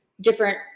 different